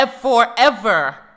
forever